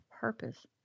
purpose